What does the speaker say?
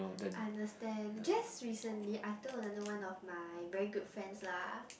understand just recently I told another one of my very good friends lah